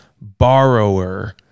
borrower